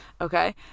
Okay